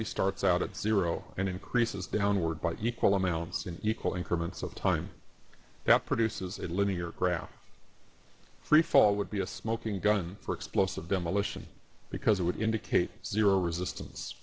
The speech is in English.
velocity starts out at zero and increases downward by equal amounts in equal increments of time that produces a linear graph freefall would be a smoking gun for explosive demolition because it would indicate zero resistance